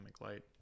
light